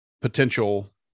potential